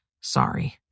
sorry